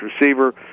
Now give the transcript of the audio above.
receiver